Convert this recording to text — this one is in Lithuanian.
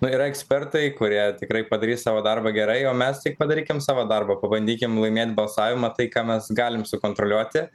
nu yra ekspertai kurie tikrai padarys savo darbą gerai o mes tik padarykim savo darbą pabandykim laimėt balsavimą tai ką mes galim sukontroliuoti